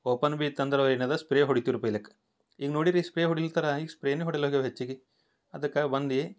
open ಬಿ ಇತ್ತಂದ್ರವು ಏನದ ಸ್ಪ್ರೇ ಹೊಡಿತಿರು ಪೆಹ್ಲೆಕ ಈಗ ನೋಡಿರಿ ಸ್ಪ್ರೇ ಹೊಡಿಲ್ತರಾ ಈಗ ಸ್ಪ್ರೇನೆ ಹೊಡೀಲಾಗವಿ ಹೆಚ್ಚಗಿ ಅದಕ್ಕ ಬಂದು